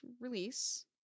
release